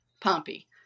Pompey